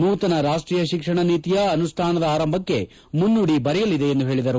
ನೂತನ ರಾಷ್ಷೀಯ ಶಿಕ್ಷಣ ನೀತಿಯ ಅನುಷ್ಠಾನದ ಅರಂಭಕ್ಷೆ ಮುನ್ನುಡಿ ಬರೆಯಲಿದೆ ಎಂದು ಹೇಳಿದರು